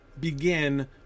begin